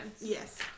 Yes